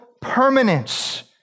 permanence